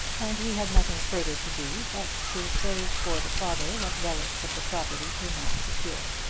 and he had nothing further to do but to save for the father what relics of the property he might secure.